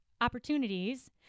opportunities